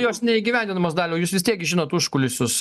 jos neįgyvendinamos daliau jūs vis tiek žinot užkulisius